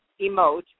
emote